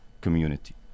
community